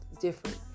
different